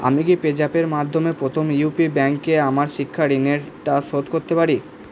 আমি কি পে জ্যাপের মাধ্যমে প্রথম ইউপি ব্যাঙ্কে আমার শিক্ষা ঋণের টা শোধ করতে পারি